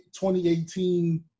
2018